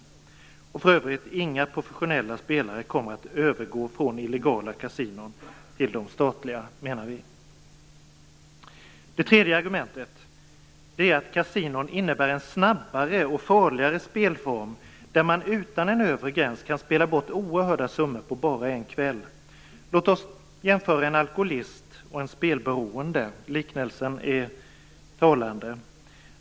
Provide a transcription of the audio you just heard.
Vi menar för övrigt att inga professionella spelare kommer att övergå från illegala kasinon till de statliga. Kasinon innebär en snabbare och farligare spelform, där man utan en övre gräns kan spela bort oerhörda summor på bara en kväll. Låt oss jämföra en alkoholist och en spelberoende - liknelsen är talande.